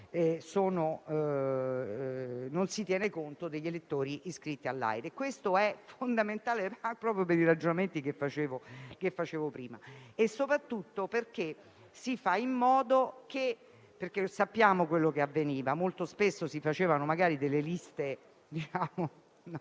non si tiene conto degli elettori iscritti all'AIRE: questo è fondamentale proprio per i ragionamenti che facevo prima. Sappiamo infatti quello che avveniva: molto spesso si facevano delle liste quasi